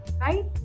right